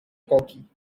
corky